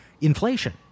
inflation